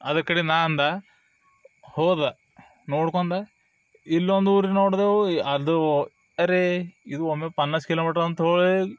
ಅದು ಕಡೆ ನಾ ಅಂದೆ ಹೋದೆ ನೋಡ್ಕೊಂಡ ಇಲ್ಲೊಂದು ಊರಿನ ನೋಡಿದೆವು ಅದು ಅರೇ ಇದು ಒಮ್ಮೆ ಪನ್ನಸ್ ಕಿಲೋಮೀಟರ್ ಅಂತ ಹೋಗಿ